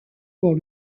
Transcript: pour